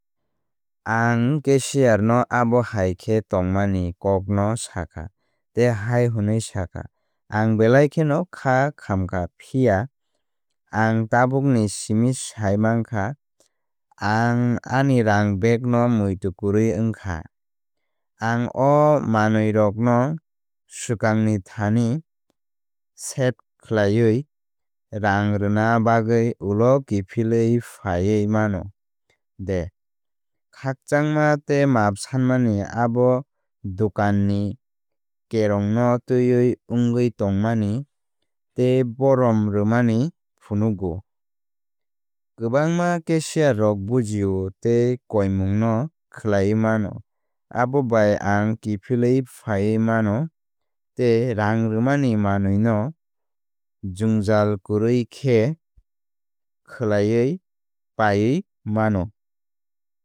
Ang cashier no abohai khe tongmani kokno sakha tei hai hwnwi sakha ang belai kheno kha khamkha phiya ang tabuk simi saimankha ang ani rang bag no muitu kwrwi wngkha. Ang o manwirokno swkangni thani set khlaiwi rang rwna bagwi ulo kiphilwi phaiwi mano de. Khakchangma tei maap sanmani abo dokan ni kerong no twiwi wngwi tongmani tei borom rwmani phunukgo. Kwbangma cashier rok bujio tei koimung no khlaiwi mano. Abo bai ang kiphilwi phaiwi mano tei rang rwmani manwi no jwngjal kwrwi khe khlaiwi páiwi mano.